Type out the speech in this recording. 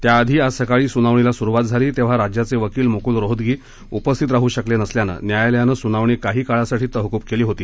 त्याआधी आज सकाळी सुनावणीला सुरुवात झाली तेव्हा राज्याचे वकील मुकुल रोहतगी उपस्थित राहु शकले नसल्यानं न्यायालयानं सुनावणी काही काळासाठी तहकुब केली होती